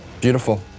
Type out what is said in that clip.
Beautiful